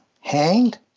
hanged